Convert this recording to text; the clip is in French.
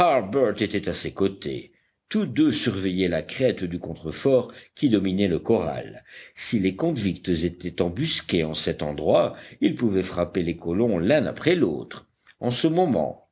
était à ses côtés tous deux surveillaient la crête du contrefort qui dominait le corral si les convicts étaient embusqués en cet endroit ils pouvaient frapper les colons l'un après l'autre en ce moment